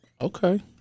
Okay